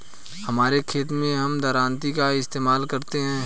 हमारे खेत मैं हम दरांती का इस्तेमाल करते हैं